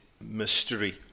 mystery